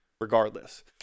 regardless